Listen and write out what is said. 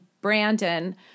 Brandon